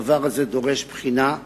הדבר הזה דורש בחינה,